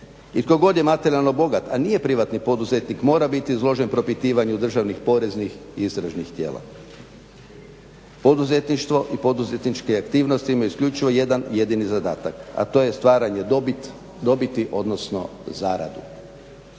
tko god je materijalno bogat a nije privatni poduzetnik mora biti izložen propitivanju državnih, poreznih i istražnih tijela. Poduzetništvo i poduzetniče aktivnosti imaju isključivo jedan jedini zadatak a to je stvaranje dobiti odnosno zaradu.